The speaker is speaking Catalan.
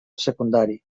secundari